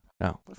No